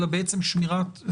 אלא בעצם שמירתן.